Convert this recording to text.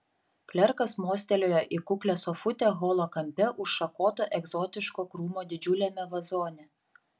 klerkas mostelėjo į kuklią sofutę holo kampe už šakoto egzotiško krūmo didžiuliame vazone